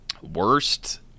worst